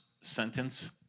sentence